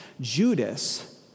Judas